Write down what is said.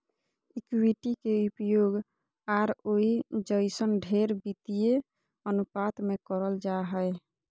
equity के उपयोग ROE जइसन ढेर वित्तीय अनुपात मे करल जा हय